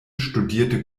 studierte